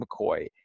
McCoy